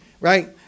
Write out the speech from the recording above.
right